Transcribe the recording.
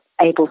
able